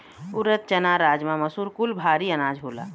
ऊरद, चना, राजमा, मसूर कुल भारी अनाज होला